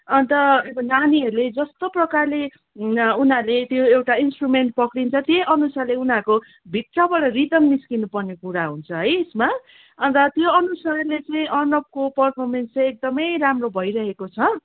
अन्त अब नानीहरूले जस्तो प्रकारले उनी उनीहरूले त्यो एउटा इन्ट्रुमेन्ट पक्रिन्छ त्यही अनुसारले उनीहरूको भित्रबाट रिदम् निस्किनुपर्ने कुरा हुन्छ है ल अन्त त्यो अनुसारले चाहिँ अर्नवको पर्फर्मेन्स चाहिँ एकदमै राम्रो भइरहेको छ